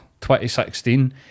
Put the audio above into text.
2016